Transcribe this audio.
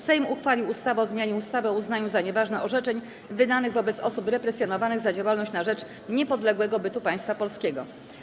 Sejm uchwalił ustawę o zmianie ustawy o uznaniu za nieważne orzeczeń wydanych wobec osób represjonowanych za działalność na rzecz niepodległego bytu Państwa Polskiego.